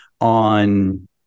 on